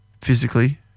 physically